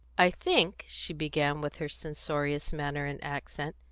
i think, she began, with her censorious manner and accent,